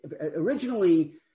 originally –